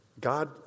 God